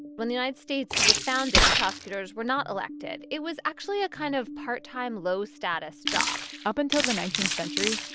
when the united states was founded, prosecutors were not elected. it was actually a kind of part-time, low-status job up until the nineteenth century,